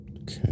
Okay